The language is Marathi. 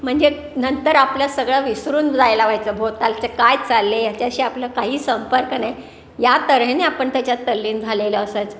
म्हणजे नंतर आपलं सगळं विसरून जायला व्हायचं भोवतालचं काय चाललं आहे ह्याच्याशी आपलं काही संपर्क नाही या तऱ्हेने आपण त्याच्या तल्लीन झालेलं असायचं